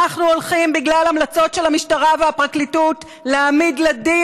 אנחנו הולכים בגלל המלצות של המשטרה והפרקליטות להעמיד לדין